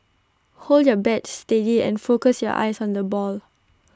hold your bat steady and focus your eyes on the ball